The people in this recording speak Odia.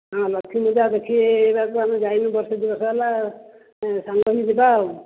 ହଁ ଲକ୍ଷ୍ମୀ ପୂଜା ଦେଖିବାକୁ ଆମେ ଯାଇନୁ ବର୍ଷେ ଦୁଇ ବର୍ଷ ହେଲା ସାଙ୍ଗ ହୋଇ ଯିବା ଆଉ